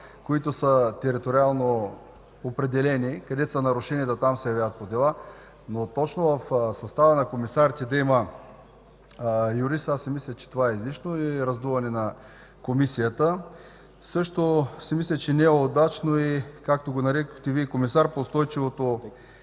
които са териториално определени – където са нарушенията, там се явяват по дела, но точно в състава на комисарите да има юрист – аз мисля, че това е излишно и е раздуване на Комисията. Мисля, че не е удачен и както го нарекохте Вие „комисар по устойчивото